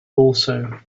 also